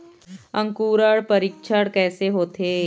अंकुरण परीक्षण कैसे होथे?